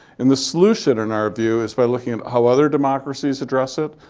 and the solution, in our view, is by looking at how other democracies address it,